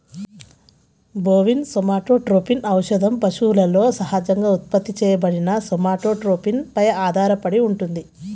bovine somatotropin ఔషధం పశువులలో సహజంగా ఉత్పత్తి చేయబడిన సోమాటోట్రోపిన్ పై ఆధారపడి ఉంటుంది